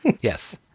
Yes